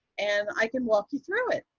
and i can walk you through it.